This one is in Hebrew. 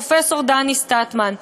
פרופסור דני סטטמן.